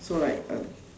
so like uh